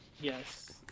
Yes